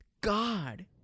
god